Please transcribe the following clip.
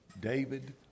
David